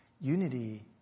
Unity